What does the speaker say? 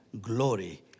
glory